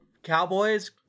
Cowboys